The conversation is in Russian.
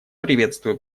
приветствую